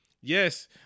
Yes